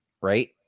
Right